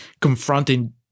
confronting